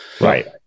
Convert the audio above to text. Right